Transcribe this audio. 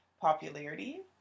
popularity